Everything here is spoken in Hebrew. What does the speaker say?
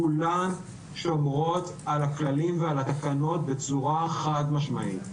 כולן שומרות על הכללים ועל התקנות בצורה חד משמעית.